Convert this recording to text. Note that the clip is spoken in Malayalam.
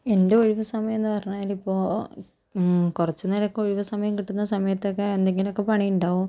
എൻ്റെ ഒഴിവ് സമയം എന്ന് പറഞ്ഞാൽ ഇപ്പോൾ കുറച്ചു നേരമൊക്കെ ഒഴിവ് സമയം കിട്ടുന്ന സമയത്തൊക്കെ എന്തെങ്കിലുമൊക്കെ പണി ഉണ്ടാകും